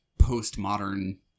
postmodern